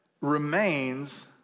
remains